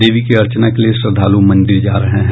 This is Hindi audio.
देवी की अर्चना के लिए श्रद्धालु मंदिर जा रहे हैं